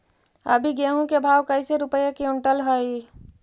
अभी गेहूं के भाव कैसे रूपये क्विंटल हई?